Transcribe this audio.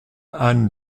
anne